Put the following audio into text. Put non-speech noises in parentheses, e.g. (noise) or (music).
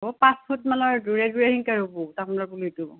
অ পাঁচ ফুটমানৰ দূৰে দূৰে (unintelligible) ৰুব তামোলৰ পুলিটো